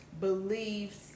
beliefs